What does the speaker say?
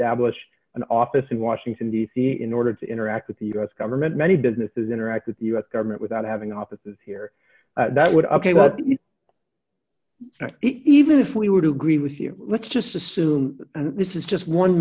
tablish an office in washington d c in order to interact with the u s government many businesses interact with the u s government without having offices here that would ok but even if we would agree with you let's just assume that this is just one